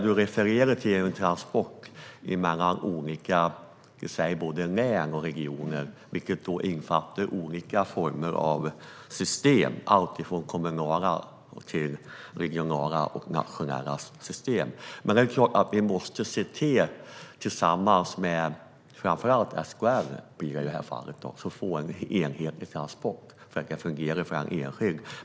Du refererade till transport mellan olika län och regioner, vilket innefattar olika former av system - allt från kommunala till regionala och nationella system. Men det är klart att vi tillsammans med framför allt SKL, i det här fallet, måste se till att få enhetliga transporter som fungerar för den enskilde.